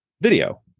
video